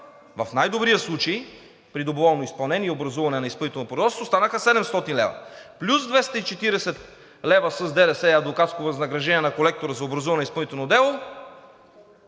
в най-добрия случай при доброволно изпълнение и образуване на изпълнително производство е 84 лв. – станаха 700 лв. Плюс 240 лв. с ДДС за адвокатско възнаграждение на колектора за образуване на изпълнително дело